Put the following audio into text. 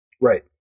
Right